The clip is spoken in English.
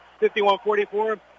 51-44